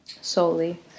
solely